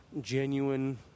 genuine